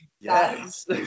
yes